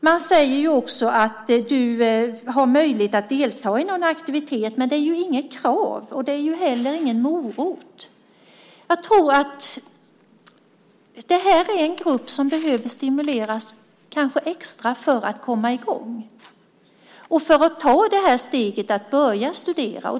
Man har möjlighet att delta i någon aktivitet, men det är inget krav och heller ingen morot. Jag tror att detta är en grupp som kanske måste stimuleras extra för att komma i gång och ta steget att börja studera.